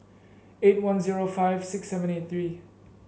eight one zero five six seven eight three